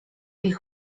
ich